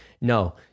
No